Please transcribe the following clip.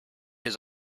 his